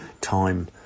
time